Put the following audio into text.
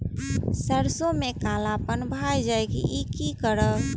सरसों में कालापन भाय जाय इ कि करब?